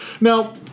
Now